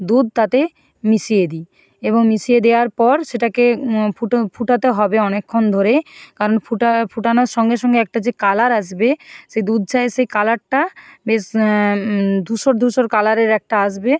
দুধ তাতে মিশিয়ে দিই এবং মিশিয়ে দেওয়ার পর সেটাকে ফুটো ফোটাতে হবে অনেকক্ষণ ধরে কারণ ফোটা ফোটানোর সঙ্গে সঙ্গে একটা যে কালার আসবে সেই দুধ চায়ের সেই কালারটা বেশ ধূসর ধূসর কালারের একটা আসবে